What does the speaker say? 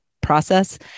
process